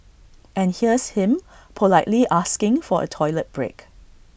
and here's him politely asking for A toilet break